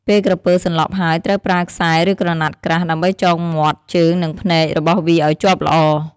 ពេលក្រពើសន្លប់ហើយ ត្រូវប្រើ ខ្សែ ឬ ក្រណាត់ក្រាស់ ដើម្បីចងមាត់ ជើង និងភ្នែករបស់វាឲ្យជាប់ល្អ។